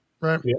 right